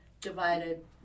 Divided